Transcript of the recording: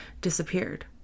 disappeared